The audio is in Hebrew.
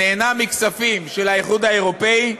הנהנית מכספים של האיחוד האירופי,